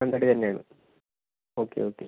മാനന്തവാടി തന്നെ ആണ് okay okay